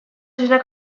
zezena